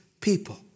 people